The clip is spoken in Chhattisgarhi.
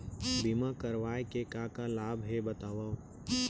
बीमा करवाय के का का लाभ हे बतावव?